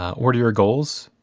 ah what are your goals?